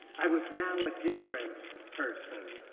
i was now a different person.